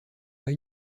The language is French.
pas